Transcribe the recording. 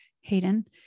Hayden